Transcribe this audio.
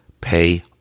pay